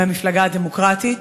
מהמפלגה הדמוקרטית.